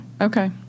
Okay